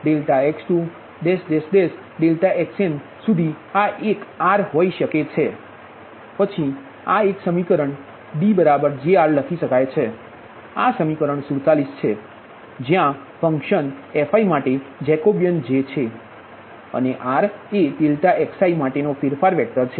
∆xn16T સુધી આ એક R હોઈ શકે છે પછી આ એક સમીકરણ D J R લખી શકાય છે આ સમીકરણ 47 છે જયાં ફંક્શન fi માટે જેકોબિયન J છે અને R એ ∆xi માટેનો ફેરફાર વેક્ટર છે